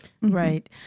Right